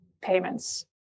payments